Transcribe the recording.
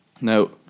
Now